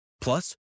Plus